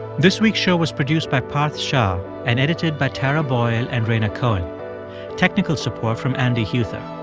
this week's show was produced by parth shah and edited by tara boyle and rhaina cohen technical support from andy huether.